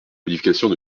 modifications